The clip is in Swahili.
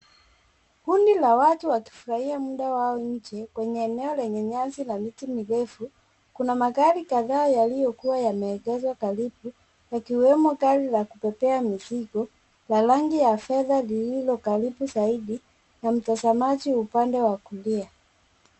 Kundi la watu wakifurahia muda wao nje, kwenye eneo lenye nyasi na miti mirefu. Kuna magari kadhaa yaliokuwa yamegezwa karibu, yakiwemo gari la kubebea mizigo, la rangi ya fedha lililo karibu zaidi, na mtazamaji upande wa kulia.